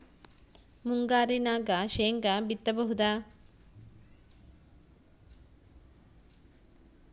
ಮುಂಗಾರಿನಾಗ ಶೇಂಗಾ ಬಿತ್ತಬಹುದಾ?